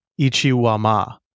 Ichiwama